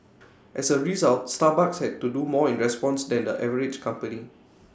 as A result Starbucks had to do more in response than the average company